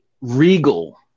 regal